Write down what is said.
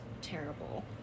terrible